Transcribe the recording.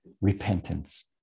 repentance